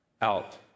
out